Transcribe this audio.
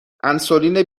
انسولین